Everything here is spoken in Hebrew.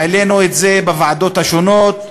העלינו את זה בוועדות השונות,